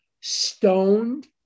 stoned